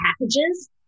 packages